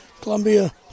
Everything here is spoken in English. Columbia